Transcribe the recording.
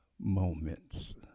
Moments